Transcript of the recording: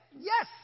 Yes